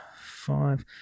five